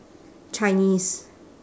chinese